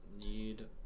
need